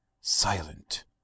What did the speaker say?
silent